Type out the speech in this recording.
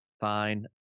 Fine